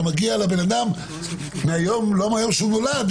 אתה מגיע לבן-אדם מהיום שהוא נולד,